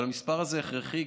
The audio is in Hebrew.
אבל המספר הזה הכרחי,